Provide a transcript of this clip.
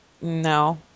no